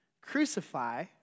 crucify